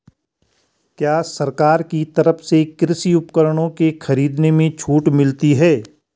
क्या सरकार की तरफ से कृषि उपकरणों के खरीदने में छूट मिलती है?